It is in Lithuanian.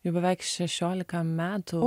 jau beveik šešiolika metų